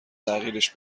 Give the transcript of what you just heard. تغییرش